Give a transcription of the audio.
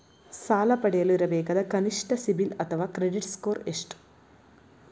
ಸಾಲ ಪಡೆಯಲು ಇರಬೇಕಾದ ಕನಿಷ್ಠ ಸಿಬಿಲ್ ಅಥವಾ ಕ್ರೆಡಿಟ್ ಸ್ಕೋರ್ ಎಷ್ಟು?